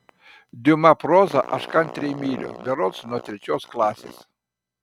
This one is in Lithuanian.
diuma prozą aš kantriai myliu berods nuo trečios klasės